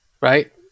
right